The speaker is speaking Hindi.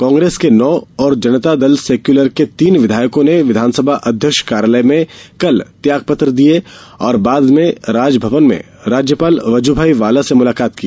कांग्रेस के नौ और जनता दल सेक्यूलर के तीन विधायकों ने विधानसभा अध्यक्ष कार्यालय में कल त्यागपत्र दिए और बाद में राजभवन में राज्यपाल वजूभाई वाला से मुलाकात की